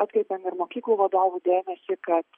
pakvietėm ir mokyklų vadovų dėmesį kad